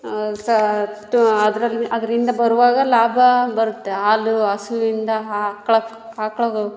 ಸ ಅದರಲ್ಲಿ ಅದರಿಂದ ಬರುವಾಗ ಲಾಭ ಬರುತ್ತೆ ಹಾಲು ಹಸುವಿಂದ ಆ ಆಕಳ್ಗೆ ಆಕ್ಳಗವು